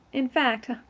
in fact,